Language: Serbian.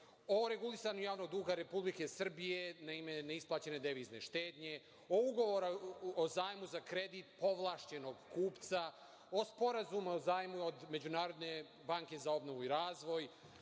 o regulisanju javnog duga Republike Srbije na ime neisplaćene devizne štednje, o ugovoru o zajmu za kredite povlašćenog kupca, o Sporazumu o zajmu od Međunarodne banke za obnovu i razvoj,